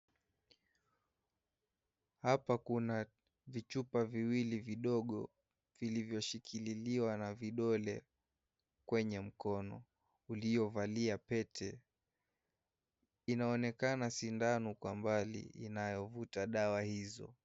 Hapa kuna vichupa viwili vidogo, vilivyoshikililiwa na vidole, kwenye mkono uliovalia pete. Inaonekana sindano kwa mbali, inayovuta dawa hizo.